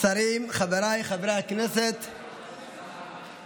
השרים, חבריי חברי הכנסת, החוק,